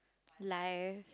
lie